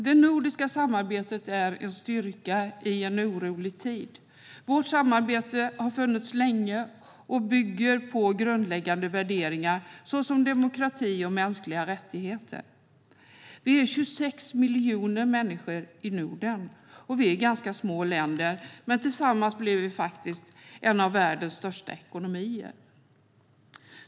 Det nordiska samarbetet är en styrka i en orolig tid. Vårt samarbete har funnits länge och bygger på grundläggande värderingar, såsom demokrati och mänskliga rättigheter. Vi är 26 miljoner människor i Norden, och vi är ganska små länder, men tillsammans blir vi faktiskt en av världens största ekonomier.